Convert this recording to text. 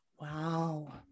Wow